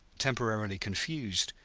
temporarily confused,